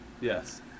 Yes